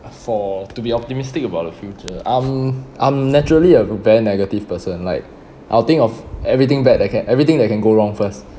for to be optimistic about the future I'm I'm naturally a very negative person like I'll think of everything bad that can everything that can go wrong first